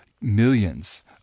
millions